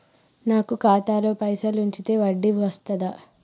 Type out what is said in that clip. నాకు ఖాతాలో పైసలు ఉంచితే వడ్డీ వస్తదా?